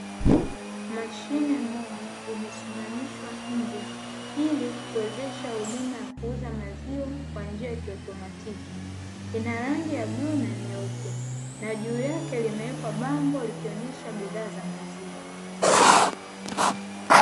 Mashine moja imesimamishwa nje ili kuwezesha huduma ya kuuza maziwa kwa njia ya kiotomatiki. Ina rangi ya bluu na nyeupe, na juu yake limewekwa bango likionyesha bidhaa za maziwa.